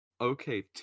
Okay